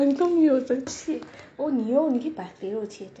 你 confirm 没有的切问你 oh 你可以把切掉